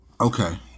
okay